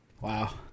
Wow